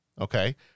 Okay